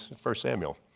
first samuel.